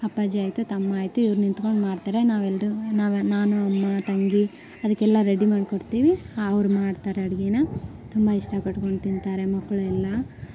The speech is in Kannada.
ಅಪ್ಪಾಜಿ ಆಯಿತು ತಮ್ಮ ಆಯಿತು ಇವ್ರು ನಿಂತ್ಕೊಂಡು ಮಾಡ್ತಾರೆ ನಾವೆಲ್ಲರೂ ನಾವೇ ನಾನು ಅಮ್ಮ ತಂಗಿ ಅದಕ್ಕೆಲ್ಲಾ ರೆಡಿ ಮಾಡಿಕೊಡ್ತೀವಿ ಅವ್ರು ಮಾಡ್ತಾರೆ ಅಡ್ಗೆಯನ್ನ ತುಂಬ ಇಷ್ಟಪಟ್ಕೊಂಡು ತಿಂತಾರೆ ಮಕ್ಕಳು ಎಲ್ಲ